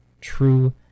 true